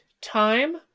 time